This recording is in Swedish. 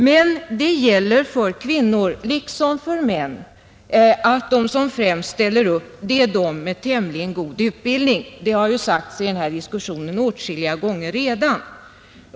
Men det gäller för kvinnor liksom för män att de som främst ställer upp är de som har tämligen god utbildning. Det har ju sagts i den här diskussionen åtskilliga gånger redan.